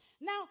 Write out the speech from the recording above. Now